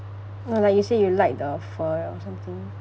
no lah you say you like the pho or something